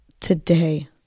today